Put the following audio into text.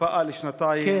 הקפאה לשנתיים.